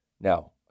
Now